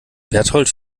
bertold